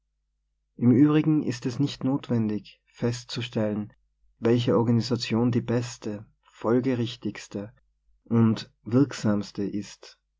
im übrigen ist es nicht notwendig festzustellen welche organisation die beste folgerichtigste und wirksamste ist